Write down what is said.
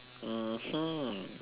mmhmm